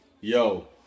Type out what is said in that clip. yo